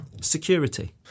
Security